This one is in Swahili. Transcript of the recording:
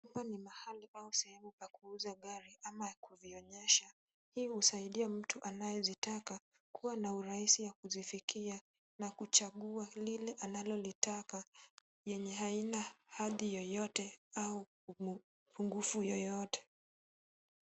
Hapa ni pahali au sehemu ya kuuza gari au kuzionyesha . Hii husaidia mtu anayezitaka kuwa na urahisi ya kuzifikia na kuchagua lile analolitaka yenye haina hadhi yoyote au upungufu yoyote.